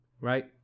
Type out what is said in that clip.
right